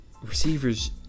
Receivers